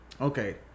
Okay